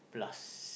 plus